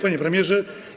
Panie Premierze!